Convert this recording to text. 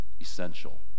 essential